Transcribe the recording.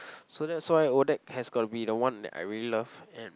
so that's why odac has got to be the one that I really love and